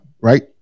right